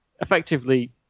effectively